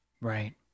Right